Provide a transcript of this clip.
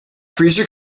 freezer